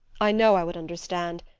i know i would understand.